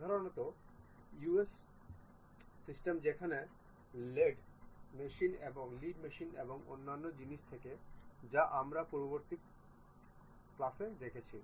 সাধারণত US system যেখানে lathe machine এবং অন্যান্য জিনিস থাকে যা আমরা পূর্ববর্তী ক্লাসে দেখেছি